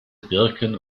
birken